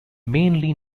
mainly